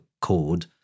chord